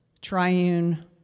Triune